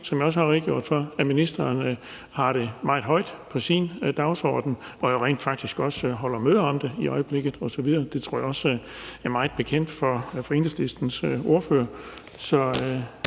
for, at det er meget fint, at ministeren har det meget højt på sin dagsorden og rent faktisk også holder møder om det i øjeblikket osv. Det tror jeg også Enhedslistens ordfører